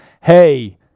hey